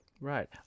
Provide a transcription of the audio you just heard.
Right